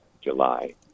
July